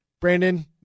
Brandon